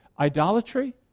Idolatry